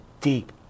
deep